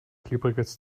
glibberiges